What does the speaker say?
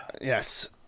yes